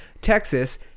Texas